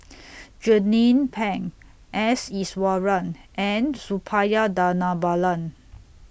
Jernnine Pang S Iswaran and Suppiah Dhanabalan